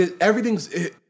everything's